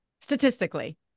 statistically